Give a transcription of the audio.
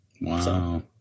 Wow